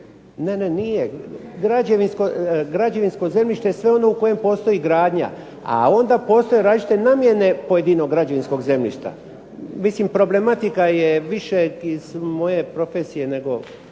Ne, ne, nije. Građevinsko zemljište je sve ono u kojem postoji gradnja, a onda postoje različite namjene pojedinog građevinskog zemljišta. Mislim problematika je više iz moje profesije nego,